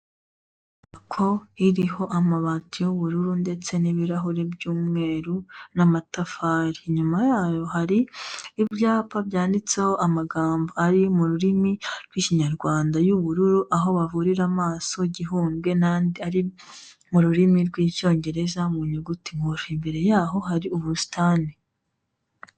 Inyubako iriho amabati y'ubururu ndetse n'ibirahuri by'umweru n'amatafari, inyuma yayo hari ibyapa byanditseho amagambo ari mu rurimi rw'Ikinyarwanda y'ubururu, aho bavurira amaso Gihundwe, n'andi ari mu rurimi rw'icyongereza mu nyuguti ngufi, imbere yaho hari ubusitani.